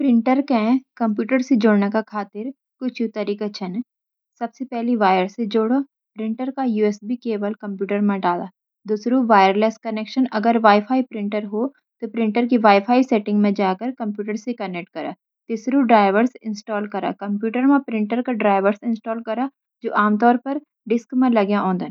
प्रिंटर को कंप्यूटर से जोड़ण खातिर कुछ यू तरीका छन: वायर से जोड़ो – प्रिंटर का यूएसबी केबल कंप्यूटर में डालो। वायरलेस कनेक्शन – अगर वाई-फाई प्रिंटर हो तो, प्रिंटर की वाई-फाई सेटिंग्स में जाकर कंप्यूटर से कनेक्ट करा। ड्राइवर्स इंस्टॉल करा – कंप्यूटर में प्रिंटर के ड्राइवर्स इंस्टॉल करो, जो आमतौर पर डिस्क में लगय आऊदन।